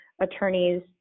attorneys